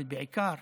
אבל בעיקר